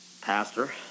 pastor